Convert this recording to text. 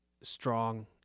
strong